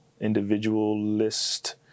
individualist